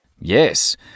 Yes